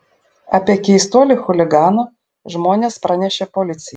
apie keistuolį chuliganą žmonės pranešė policijai